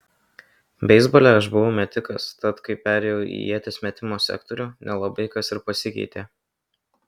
beisbole aš buvau metikas tad kai perėjau į ieties metimo sektorių nelabai kas ir pasikeitė